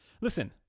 Listen